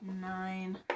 nine